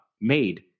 made